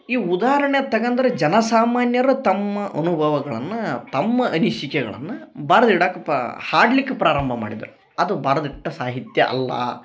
ಈ ಉದಾಹರಣೆ ತಗಂದರೆ ಜನಸಾಮಾನ್ಯರು ತಮ್ಮ ಅನುಭವಗಳನ್ನ ತಮ್ಮ ಅನಿಸಿಕೆಗಳನ್ನ ಬರೆದು ಇಡಕಪ್ಪಾ ಹಾಡ್ಲಿಕ್ಕೆ ಪ್ರಾರಂಭ ಮಾಡಿದರು ಅದು ಬರೆದಿಟ್ಟ ಸಾಹಿತ್ಯ ಅಲ್ಲಾ